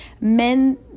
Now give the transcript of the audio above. Men